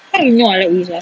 how you know I like these ah